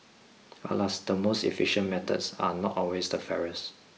alas the most efficient methods are not always the fairest